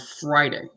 Friday